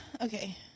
Okay